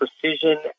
precision